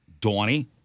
Dawny